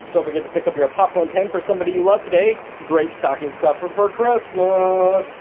don't forget to pick up your popcorn pin for somebody you love today. great stocking stuffer for christmas.